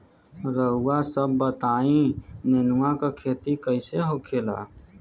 रउआ सभ बताई नेनुआ क खेती कईसे होखेला?